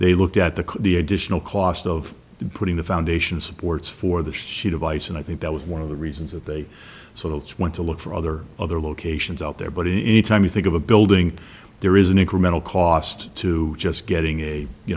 they looked at the the additional cost of putting the foundation supports for the sheet of ice and i think that was one of the reasons that they so it's want to look for other other locations out there but anytime you think of a building there is an incremental cost to just getting a you